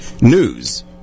news